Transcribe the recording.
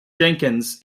jenkins